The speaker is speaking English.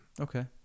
Okay